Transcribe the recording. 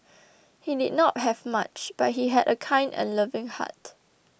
he did not have much but he had a kind and loving heart